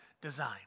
design